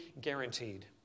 guaranteed